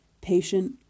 Patient